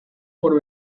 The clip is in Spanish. por